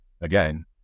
Again